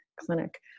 clinic